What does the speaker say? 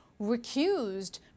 recused